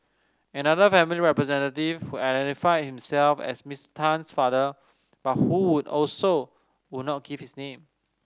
another family representative who identified himself as Mister Tan father but who would also would not give his name